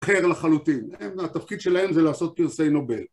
אחר לחלוטין, התפקיד שלהם זה לעשות פרסי נובל